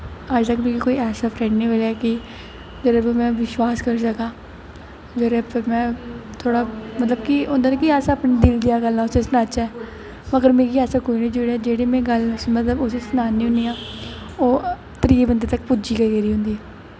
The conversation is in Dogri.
अज्ज तक मिगी कोई ऐसा फ्रैंड निं मिलेआ कि जेह्ड़ा पर में विश्वास करी सकां जेह्दे पर में होंदा ना कि अस दिल दियां गल्लां उसगी सनाचै मतलब मिगी कोई निं जुड़ेआ जेह्ड़े में गल्ल उसी सनान्नी आं ओह् त्रीये बंदे तक पुज्जी गै गेदी होंदी ऐ